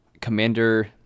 Commander